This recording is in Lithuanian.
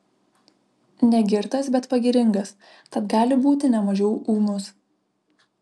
negirtas bet pagiringas tad gali būti ne mažiau ūmus